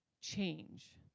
change